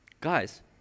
Guys